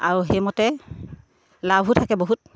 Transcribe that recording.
আৰু সেইমতে লাভো থাকে বহুত